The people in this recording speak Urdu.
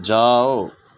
جاؤ